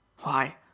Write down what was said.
Why